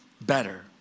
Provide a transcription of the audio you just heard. better